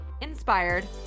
inspired